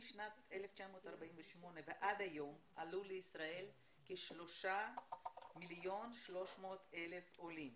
משנת 1948 ועד היום עלו לישראל כשלושה מיליון ו-300,000 עולים.